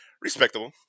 Respectable